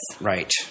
Right